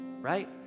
Right